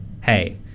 hey